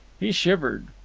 he shivered.